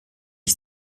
ich